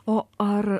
o ar